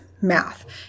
math